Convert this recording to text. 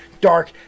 dark